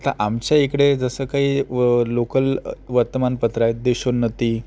आमच्या इकडे जसं काही लोकल वर्तमानपत्रे आहेत देशोन्नती